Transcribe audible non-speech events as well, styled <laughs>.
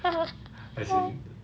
<laughs>